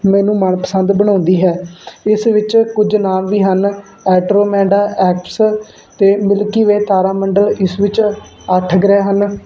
ਮੈਨੂੰ ਮਨਪਸੰਦ ਬਣਾਉਂਦੀ ਹੈ ਇਸ ਵਿੱਚ ਕੁਝ ਨਾਮ ਵੀ ਹਨ ਐਟਰੋਮੈਂਡਾ ਐਕਸ ਅਤੇ ਮਿਲਕੀ ਵੇ ਤਾਰਾ ਮੰਡਲ ਇਸ ਵਿੱਚ ਅੱਠ ਗ੍ਰਹਿ ਹਨ